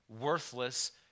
worthless